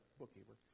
bookkeeper